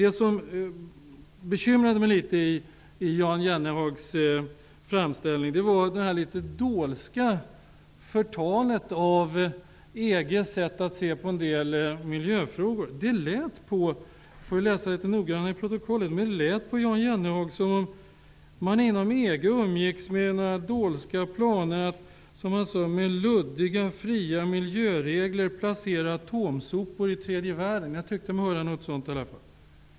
Det som bekymrar mig var det litet dolska förtalet av EG:s sätt att se på en del miljöfrågor. Det lät på Jan Jennehag som om man inom EG umgicks med dolska planer på att med, som han sade, luddiga, fria miljöregler placera atomsopor i tredje världen. Jag tyckte mig höra något sådant.